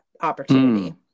opportunity